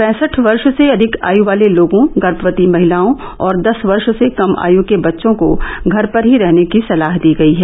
पैंसठ वर्ष से अधिक आयु वाले लोगों गर्मवती महिलाओं और दस वर्ष से कम आयु के बच्चों को घर पर ही रहने की सलाह दी गयी है